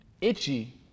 itchy